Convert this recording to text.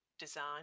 design